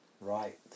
Right